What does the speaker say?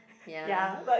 ya